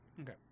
okay